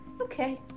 Okay